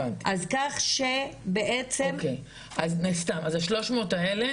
הבנתי, אז סתם, ה-300 האלה